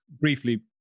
briefly